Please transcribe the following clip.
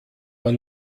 man